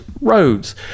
Roads